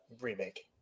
remake